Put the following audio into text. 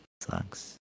sucks